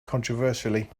controversially